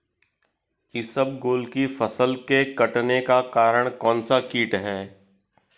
इसबगोल की फसल के कटने का कारण कौनसा कीट है?